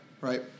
right